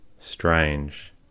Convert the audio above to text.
Strange